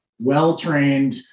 well-trained